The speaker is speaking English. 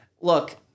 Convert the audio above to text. look